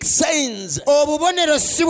saints